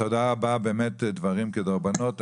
תודה רבה, באמת דברים כדורבנות.